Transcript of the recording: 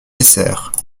essert